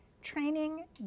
training